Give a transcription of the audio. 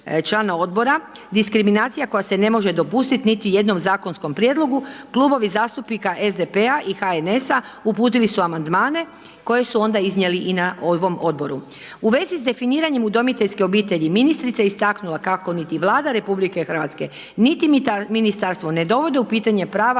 člana odbora diskriminacija koja se ne može dopustiti niti jednom zakonskom prijedlogu Klubovi zastupnika SDP-a i HNS-a uputili su amandmane koje su onda iznijeli i na ovom odboru. U vezi s definiranjem udomiteljske obitelji, ministrica je istaknula kako niti Vlada RH, niti ministarstvo ne dovode u pitanje prava